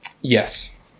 Yes